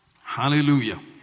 Hallelujah